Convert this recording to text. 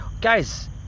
Guys